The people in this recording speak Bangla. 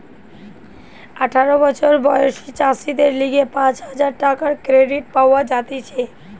আঠারো বছর বয়সী চাষীদের লিগে পাঁচ হাজার টাকার ক্রেডিট পাওয়া যাতিছে